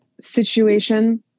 situation